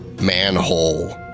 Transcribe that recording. manhole